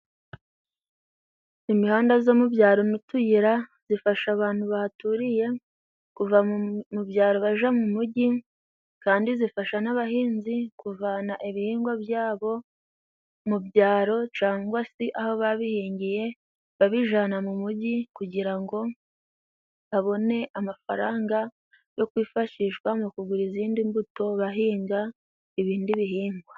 Imihanda zo mu byaro n’utuyira bifasha abantu bahaturiye kuva mu byaro baja mu mugi, kandi zifasha n’abahinzi kuvana ibihingwa byabo mu byaro, cangwa si aho babihingiye, babijyana mu mugi kugira ngo babone amafaranga yo kwifashishwa mu kugura izindi mbuto bahinga ibindi bihingwa.